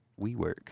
WeWork